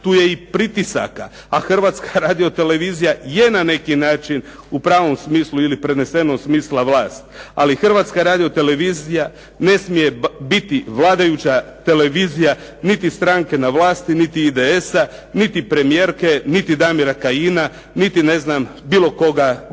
tu je i pritisaka, a Hrvatska radiotelevizija je na neki način u pravom smislu ili prenesenom smislu vlast, ali Hrvatska radiotelevizija ne smije biti vladajuća televizija niti stranke na vlasti niti IDS-a, niti premijerke, niti Damira Kajina, niti bilo koga drugoga.